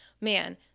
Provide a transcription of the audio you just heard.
man